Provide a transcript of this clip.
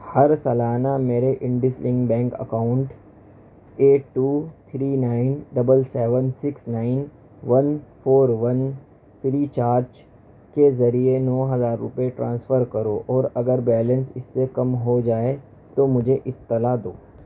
ہر سالانہ میرے Indus linked bank account eight two three nine double seven six nine one four one Freecharge کے ذریعے نو ہزار روپے ٹرانسفر کرو اور اگر بیلنس اس سے کم ہو جائے تو مجھے اطلاع دو